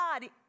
God